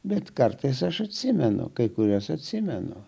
bet kartais aš atsimenu kai kuriuos atsimenu